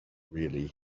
really